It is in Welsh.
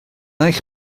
eich